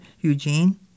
Eugene